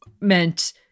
meant